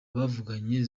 bavuganye